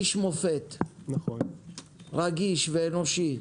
איש מופת רגיש ואנושי.